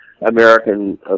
American